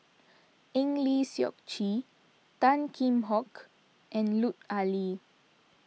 Eng Lee Seok Chee Tan Kheam Hock and Lut Ali